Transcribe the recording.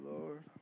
Lord